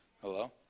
hello